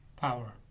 Power